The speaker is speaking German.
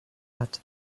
hat